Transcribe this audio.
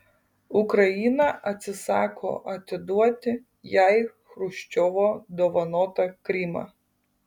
ukraina atsisako atiduoti jai chruščiovo dovanotą krymą